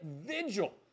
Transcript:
vigil